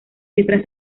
cifras